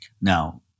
Now